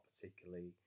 particularly